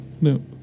No